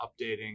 updating